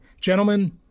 Gentlemen